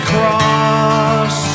Cross